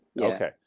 okay